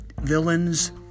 villains